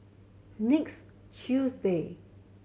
next Tuesday